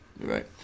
Right